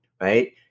right